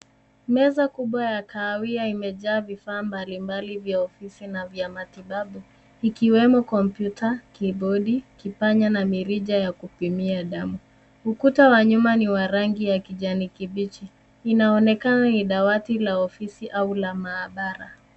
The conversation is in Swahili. Meza kubwa ya kahawia imejaa vifaa mbalimbali vya ofisi na vya matibabu ikiwemo kompyuta, kibodi, kipanya na mirija ya kupima damu. Ukuta wa nyuma ni wa rangi ya kijani kibichi. Inaonekana ni dawati la ofisi au la maabara.